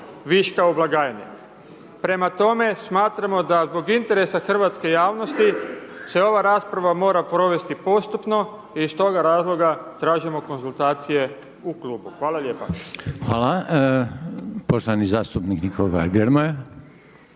viška u blagajni. Prema toma, smatramo da zbog interesa hrvatske javnosti se ova rasprava mora provesti postupno i stoga razloga tražimo konzultacije u klubu. **Reiner, Željko (HDZ)** Hvala, poštovani zastupnik Nikola Grmoja.